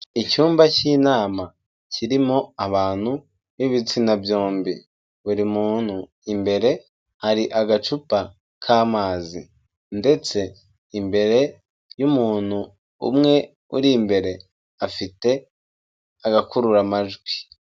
Icyumba cy'inama kirimo abantu b'ibitsina byombi. Buri muntu imbere hari agacupa k'amazi, ndetse imbere y'umuntu umwe uri imbere afite agakururamajwi.